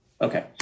Okay